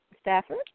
Stafford